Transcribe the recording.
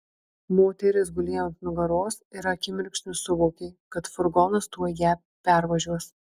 moteris gulėjo ant nugaros ir akimirksniu suvokė kad furgonas tuoj ją pervažiuos